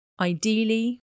Ideally